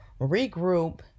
regroup